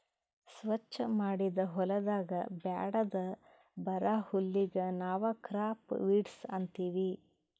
ಸ್ವಚ್ ಮಾಡಿದ್ ಹೊಲದಾಗ್ ಬ್ಯಾಡದ್ ಬರಾ ಹುಲ್ಲಿಗ್ ನಾವ್ ಕ್ರಾಪ್ ವೀಡ್ಸ್ ಅಂತೀವಿ